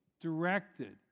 directed